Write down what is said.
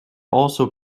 also